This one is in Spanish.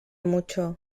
mucho